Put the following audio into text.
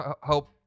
help